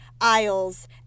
aisles